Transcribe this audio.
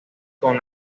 con